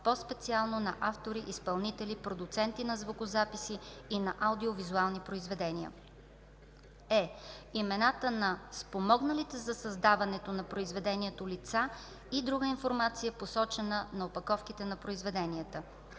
по-специално на автори, изпълнители, продуценти на звукозаписи и на аудио-визуални произведения; е) имената на спомогналите за създаването на произведението лица и друга информация, посочена на опаковките на произведенията;